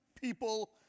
people